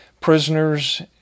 prisoners